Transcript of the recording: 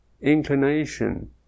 inclination